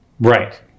Right